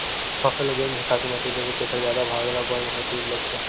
फसल ल जउन भी खातू माटी देबे तेखर जादा भाग ल बन ह तीर लेथे